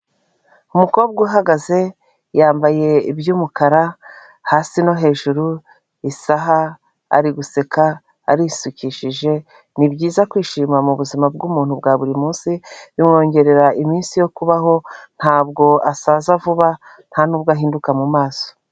Umukobwa uhagaze yambaye iby'umukara hasi no hejuru isaha ari guseka arisukishije nibyiza kwishima mu buzima bw'umuntu bwa buri munsi, bimwongerera iminsi yo kubaho ntabwo asaza vuba ntanubwo ahinduka mumaso.